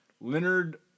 Leonard